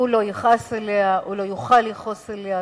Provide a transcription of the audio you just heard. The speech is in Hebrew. הוא לא יכעס עליה ולא יוכל לכעוס עליה.